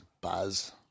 Buzz